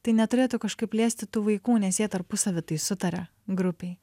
tai neturėtų kažkaip liesti tų vaikų nes jie tarpusavy tai sutaria grupėj